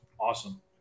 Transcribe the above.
awesome